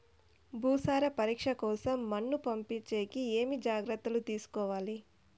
భూసార పరీక్ష కోసం మన్ను పంపించేకి ఏమి జాగ్రత్తలు తీసుకోవాలి?